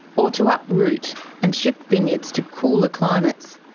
or to uproot and shift vineyards to cooler climates.